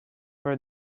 for